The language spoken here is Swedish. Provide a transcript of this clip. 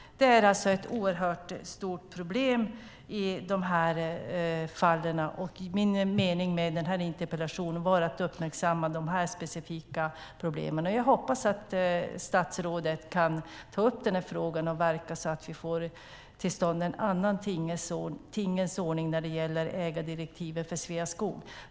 Det är ett stort problem i de här fallen, och min mening med den här interpellationen var att uppmärksamma de här specifika problemen. Jag hoppas att statsrådet kan ta upp den här frågan och verka för att vi får en annan tingens ordning när det gäller ägardirektiven för Sveaskog.